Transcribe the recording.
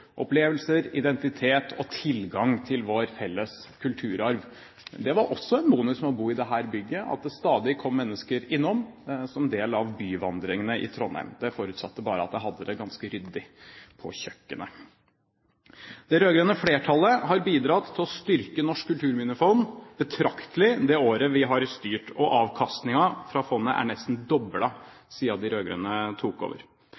opplevelser, identitet og tilgang til vår felles kulturarv. Det var også en bonus med å bo i dette bygget at det stadig kom mennesker innom som en del av byvandringene i Trondheim. Det forutsatte bare at jeg hadde det ganske ryddig på kjøkkenet. Det rød-grønne flertallet har bidratt til å styrke Norsk Kulturminnefond betraktelig de årene vi har styrt, og avkastningen fra fondet er nesten doblet siden de rød-grønne tok over.